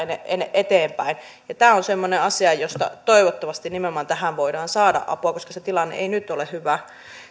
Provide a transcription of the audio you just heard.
eteenpäin nimenomaan tämä on semmoinen asia johon toivottavasti voidaan saada apua koska se tilanne ei nyt ole hyvä